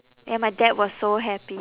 and my dad was so happy